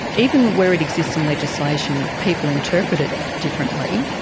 even where it exists in legislation, people interpret it differently.